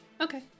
Okay